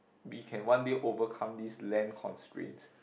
we can one day overcome these land constraints